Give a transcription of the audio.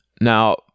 Now